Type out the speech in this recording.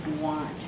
want